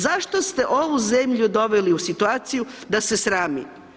Zašto ste ovu zemlju doveli u situaciju da se srami?